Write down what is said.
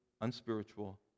Unspiritual